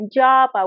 job